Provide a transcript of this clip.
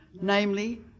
namely